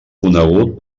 conegut